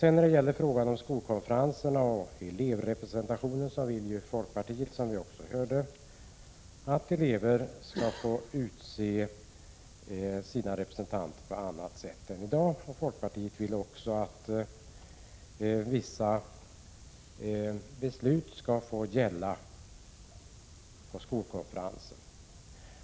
När det gäller frågan om skolkonferenserna och elevrepresentationen vill folkpartiet, som vi också har hört, att eleverna skall kunna utse sina representanter på annat sätt än i dag. Folkpartiet vill också att vissa beslut skall kunna fattas av skolkonferensen.